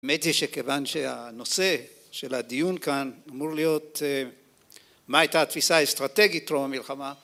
מדי שכיוון שהנושא של הדיון כאן אמור להיות מה הייתה התפיסה האסטרטגית תרום המלחמה